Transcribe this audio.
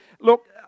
look